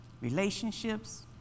relationships